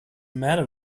matter